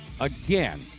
again